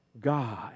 God